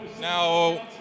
Now